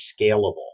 scalable